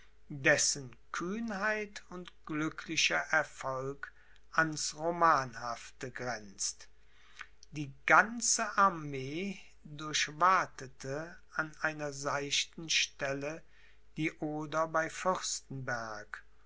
dessen kühnheit und glücklicher erfolg ans romanhafte grenzt die ganze armee durchwatete an einer seichten stelle die oder bei fürstenberg